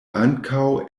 ankaŭ